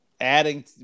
adding